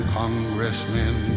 congressmen